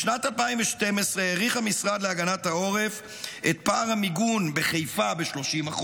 בשנת 2012 העריך המשרד להגנת העורף את פער המיגון בחיפה ב-30%,